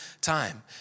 time